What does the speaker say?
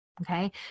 okay